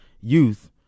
youth